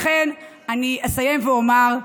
לכן אסיים ואומר: